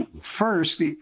first